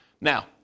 Now